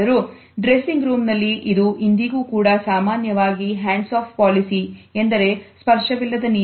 ಆದರೂ dressing room ನಲ್ಲಿ ಇದು ಇಂದಿಗೂ ಕೂಡ ಸಾಮಾನ್ಯವಾಗಿ hands off policy ಜಾರಿಯಲ್ಲಿದೆ